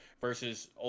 versus